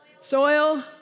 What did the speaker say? soil